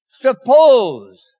Suppose